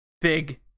big